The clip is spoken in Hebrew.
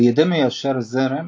על ידי מיישר זרם